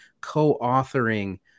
co-authoring